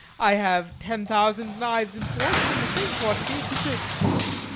i have ten thousand knives and forks, and the same quantity of dessert spoons.